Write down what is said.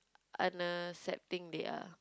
unaccepting they are